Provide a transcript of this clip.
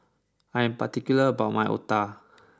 I am particular about my Otah